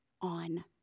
on